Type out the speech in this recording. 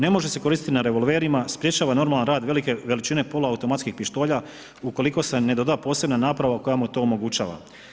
Ne može se koristiti na revolverima, sprječava normalan rad velike veličine poluautomatskih pištolja ukoliko se ne doda posebna naprava koja mu to omogućava.